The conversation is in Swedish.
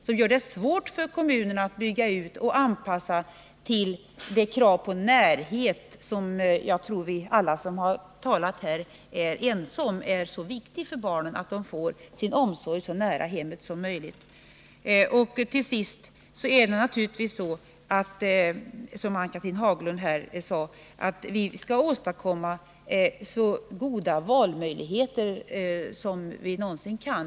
Sådan gör det svårt för kommunerna att bygga ut omsorgen och anpassa den till kraven på närhet, som jag tror att alla som har talat här är ense om är viktig för barnen — dvs. att de får sin omsorg så nära hemmet som möjligt. Till sist är det naturligtvis riktigt, som Ann-Cathrine Haglund har påpekat, att vi bör åstadkomma så goda valmöjligheter som vi någonsin kan.